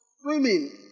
swimming